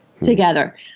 together